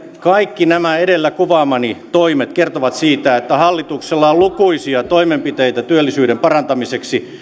kaikki nämä edellä kuvaamani toimet kertovat siitä että hallituksella on lukuisia toimenpiteitä työllisyyden parantamiseksi